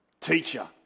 Teacher